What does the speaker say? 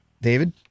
David